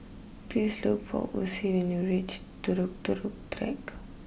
please look for Ocie when you reach Turut Track